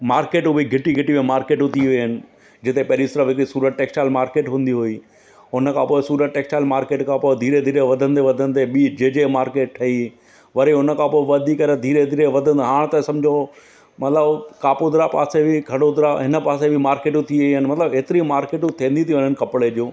मार्केटूं बि घिटी घिटी में मार्केटूं थी वया आहिनि जिते पहिरीं इसरा में बि सूरत टैक्सटाइल मार्किट हूंदी हुई हुन खां पोइ सूरत टैक्सटाइल मर्किट खां पोइ धीरे धीरे वधंदे वधंदे ॿी जेजे मार्किट ठही वरी हुन खां पोइ वधी करे धीरे धीरे वधनि हा त सम्झो मतिलबु कापोदरा पासे बि खड़ोदरा हिन पासे बि मार्केटूं जामु थी वई आहिनि मतिलबु एतिरी मार्केटूं थींदी थी वञनि कपिड़ा जूं